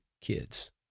kids